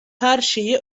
herşeyi